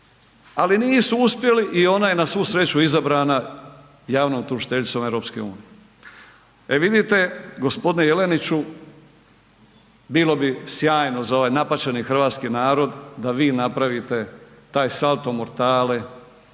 ali nisu uspjeli i ona je na svu sreću izabrana javnom tužiteljicom EU-a. E vidite, g. Jeleniću, bilo bi sjajno za ovaj napaćeni hrvatski narod da vi napravite taj salto mortale